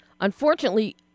unfortunately